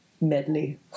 medley